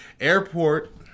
Airport